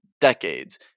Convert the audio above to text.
decades